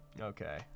okay